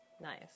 Nice